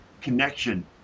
connection